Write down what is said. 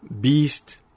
beast